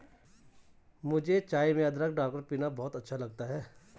मुझे चाय में अदरक डालकर पीना बहुत अच्छा लगता है